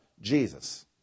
Jesus